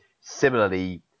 Similarly